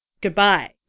goodbye